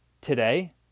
today